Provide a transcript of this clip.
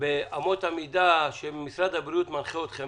האם לפי אמות המידה שמשרד הבריאות מנחה אתכם